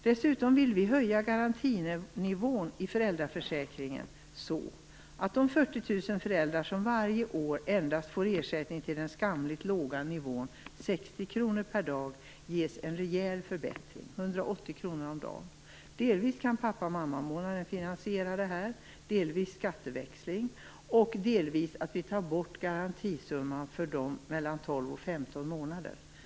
Dessutom vill vi höja garantinivån i föräldraförsäkringen så att de 40 000 föräldrar som varje år endast får ersättning till den skamligt låga nivån 60 kr per dag ges en rejäl förbättring - 180 kr per dag. Denna höjning kan dels finansieras av pappa och mammamånaden, dels genom skatteväxling, dels genom att garantisumman för den tolfte till den femtonde föräldraledighetsmånaden tas bort.